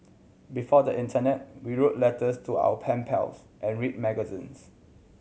before the internet we wrote letters to our pen pals and read magazines